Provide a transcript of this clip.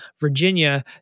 Virginia